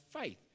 faith